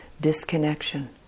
disconnection